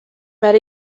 met